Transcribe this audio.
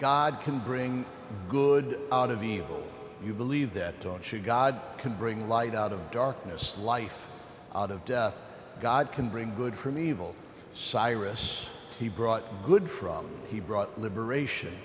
god can bring good out of evil you believe that on should god can bring light out of darkness life out of death god can bring good from evil cyrus he brought good from he brought liberation